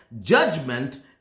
judgment